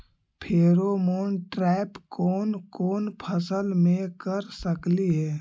Pheromone trap कोन कोन फसल मे कर सकली हे?